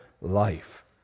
life